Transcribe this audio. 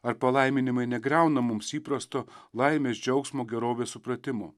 ar palaiminimai negriauna mums įprasto laimės džiaugsmo gerovės supratimo